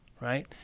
right